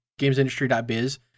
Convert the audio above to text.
gamesindustry.biz